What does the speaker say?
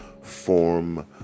form